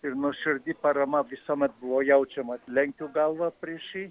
ir nuoširdi parama visuomet buvo jaučiama lenkiu galvą prieš jį